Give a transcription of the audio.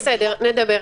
בסדר, נדבר.